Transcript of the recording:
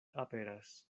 aperas